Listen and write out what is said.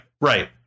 right